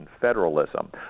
federalism